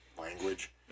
language